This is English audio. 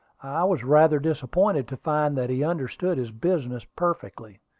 i was rather disappointed to find that he understood his business perfectly.